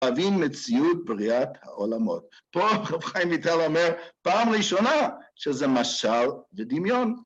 ל‫הבין מציאות בריאת העולמות. ‫פה רב חיים ויטאל אומר ‫פעם ראשונה שזה משל ודמיון.